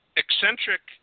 eccentric